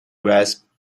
grasp